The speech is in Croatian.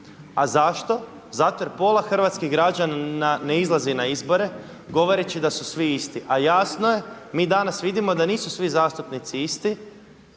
A zašto? Zato jer pola hrvatskih građana ne izlazi na izbore govoreći da su svi isti, a jasno je mi danas vidimo da nisu svi zastupnici isti,